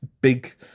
big